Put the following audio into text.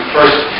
First